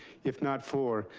if not four.